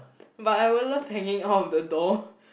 but I would love hanging out of the door